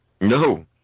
No